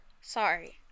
Sorry